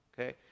Okay